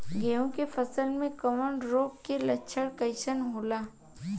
गेहूं के फसल में कवक रोग के लक्षण कइसन होला?